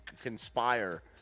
conspire